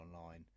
online